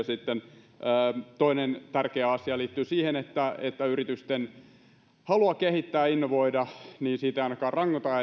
sitten toinen tärkeä asia liittyy siihen että että yritysten halua kehittää ja innovoida ei ainakaan rangota